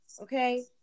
Okay